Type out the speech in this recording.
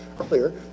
earlier